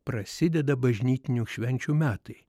prasideda bažnytinių švenčių metai